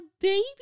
baby